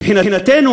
מבחינתנו,